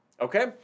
okay